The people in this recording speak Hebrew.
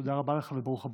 תודה רבה לך וברוך הבא.